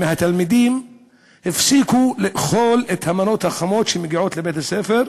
מהתלמידים הפסיק לאכול את המנות החמות שמגיעות לבית-הספר,